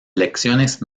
lecciones